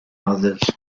others